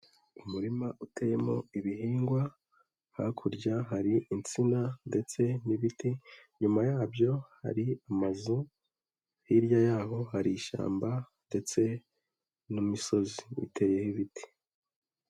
Umurima uteyemo ibihingwa hakurya hari insina ndetse n'ibiti, inyuma yabyo hari amazu hirya yaho hari ishyamba ndetse n'imisozi iteyeho ibiti.